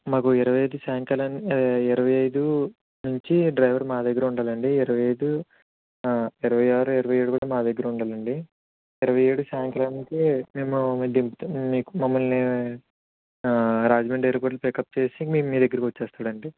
మాకు ఇరవై ఐదు సాయంకాలం ఇరవై ఐదు నుంచి డ్రైవర్ మా దగ్గరే ఉండాలండి ఇరవై ఐదు ఇరవై ఆరు ఇరవై ఏడు కూడా మా దగ్గరే ఉండాలండి ఇరవై ఏడు సాయంకాలానికి మేము దింపుతాం మీకు మమ్మల్ని రాజమండ్రి ఎయిర్పోర్ట్లో పికప్ చేసి మీ దగ్గరికి వచ్చేస్తాదండి